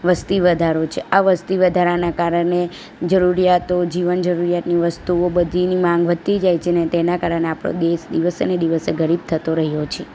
વસ્તી વધારો છે આ વસ્તી વધારાને કારણે જરૂરિયાતો જીવન જરૂરિયાતની વસ્તુઓ બધીની માંગ વધતી જાય છે અને તેના કારણે આપણો દેશ દિવસે ને દિવશે ગરીબ થતો રહ્યો છે